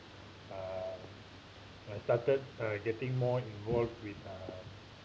uh I started uh getting more involved with uh